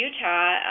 Utah